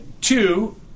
Two